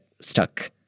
stuck